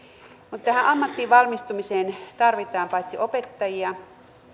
mutta tähän ammattiin valmistumiseen tarvitaan paitsi opettajia